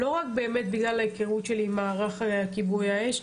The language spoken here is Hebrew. זה לא רק בגלל ההיכרות שלי עם מערך כיבוי האש,